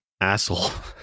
asshole